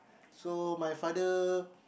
so my father